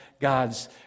God's